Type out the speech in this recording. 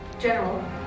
General